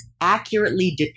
accurately